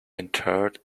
interred